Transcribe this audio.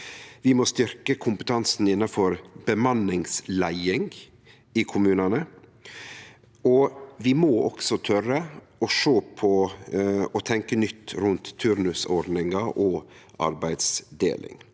Vi må styrkje kompetansen innanfor bemanningsleiing i kommunane, og vi må også tore å sjå på og tenkje nytt rundt turnusordningar og arbeidsdeling.